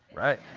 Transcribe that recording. right?